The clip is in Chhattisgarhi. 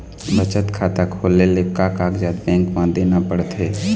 बचत खाता खोले ले का कागजात बैंक म देना पड़थे?